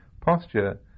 posture